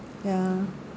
ya